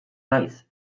naiz